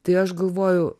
tai aš galvoju